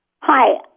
Hi